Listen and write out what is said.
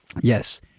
Yes